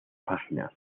páginas